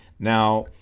Now